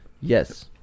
Yes